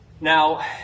Now